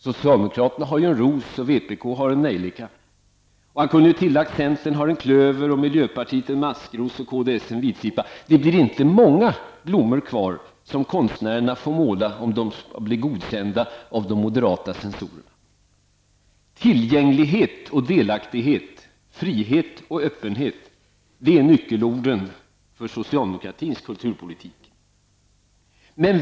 Socialdemokraterna har en röd ros, och vpk en nejlika. Han kunde ha tillagt att centern har en klöver, miljöpartiet en maskros och kds en vitsippa. Det blir inte många blommor kvar som konstnärerna får måla, om de skall bli godkända av de moderata censorerna. Tillgänglighet och delaktighet, frihet och öppenhet -- det är nyckelorden för socialdemokratins kulturpolitik.